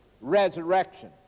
resurrection